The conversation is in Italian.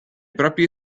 proprie